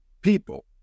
people